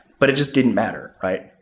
but it just didn't matter, right?